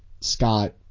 Scott